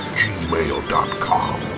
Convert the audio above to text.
gmail.com